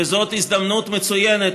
וזו הזדמנות מצוינת,